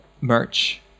merch